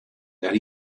that